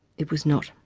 it was not.